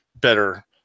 better